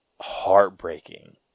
heartbreaking